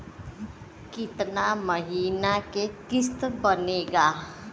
कितना महीना के किस्त बनेगा?